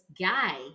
guy